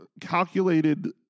calculated